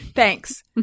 Thanks